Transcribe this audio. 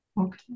okay